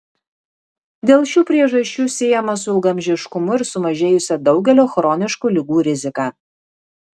dėl šių priežasčių siejama su ilgaamžiškumu ir sumažėjusia daugelio chroniškų ligų rizika